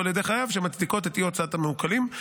על ידי החייב שמצדיקות את אי-הוצאת המעוקלים.